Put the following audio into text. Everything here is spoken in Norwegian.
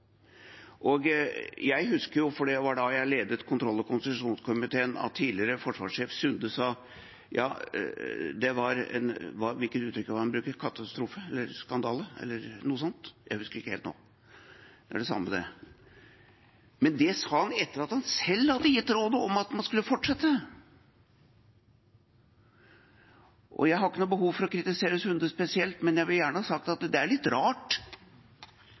Jeg husker jo, for det var da jeg ledet kontroll- og konstitusjonskomiteen, at tidligere forsvarssjef Sunde kalte det – jeg husker ikke helt hvilket uttrykk han brukte – katastrofe eller skandale eller noe sånt, men det sa han etter at han selv hadde gitt rådet om at man skulle fortsette. Jeg har ikke noe behov for å kritisere Sunde spesielt, men jeg vil gjerne ha sagt at det er litt rart